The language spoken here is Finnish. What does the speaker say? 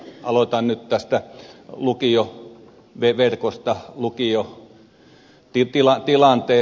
aloitan nyt tästä lukioverkosta lukiotilanteesta